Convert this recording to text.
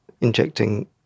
injecting